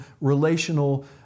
relational